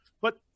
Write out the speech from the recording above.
but-